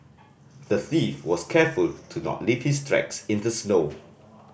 the thief was careful to not leave his tracks in the snow